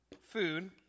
food